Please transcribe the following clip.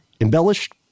embellished